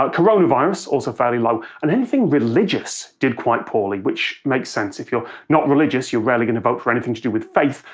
ah coronavirus, also fairly low. and anything religious did quite poorly, which makes sense if you're not religious you're rarely going to vote for anything to do with faith,